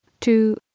two